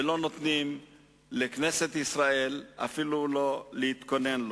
ולא נותנים לכנסת ישראל אפילו להתכונן.